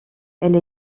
elle